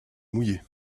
mouillé